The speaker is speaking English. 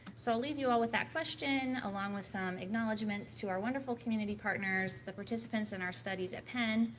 so i'll leave you all with that question, along with some acknowledgments to our wonderful community partners, the participants and our studies at penn,